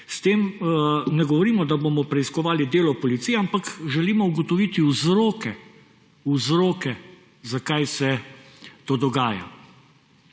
s tem ne govorimo, da bomo preiskovali delo policije, ampak želimo ugotoviti vzroke, vzroke, zakaj se to dogaja.